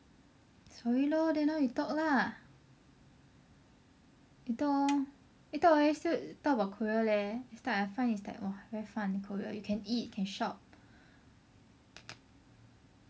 sorry lor then now you talk lah you talk lor eh talk leh still talk about Korea leh its like I find it's like !wah! very fun Korea !wah! it's like can eat can shop